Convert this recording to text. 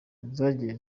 zagiye